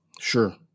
Sure